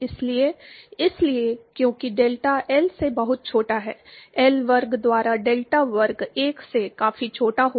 इसलिए इसलिए क्योंकि डेल्टा एल से बहुत छोटा है एल वर्ग द्वारा डेल्टा वर्ग 1 से काफी छोटा होगा